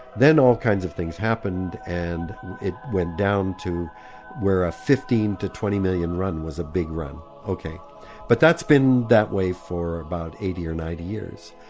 then all kinds of things happened and it went down to where a fifteen to twenty million run was a big run. but that's been that way for about eighty or ninety years.